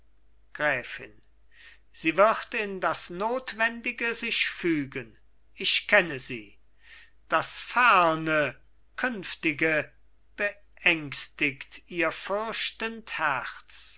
gräfin sie wird in das notwendige sich fügen ich kenne sie das ferne künftige beängstigt ihr fürchtend herz